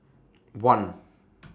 one